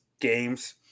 games